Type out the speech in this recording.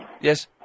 Yes